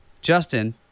Justin